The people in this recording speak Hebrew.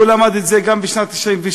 הוא למד את זה גם בשנת 1996,